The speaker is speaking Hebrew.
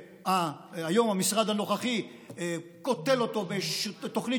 שהיום המשרד הנוכחי קוטל אותם בתוכנית